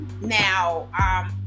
Now